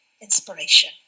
inspiration